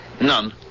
None